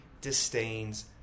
disdains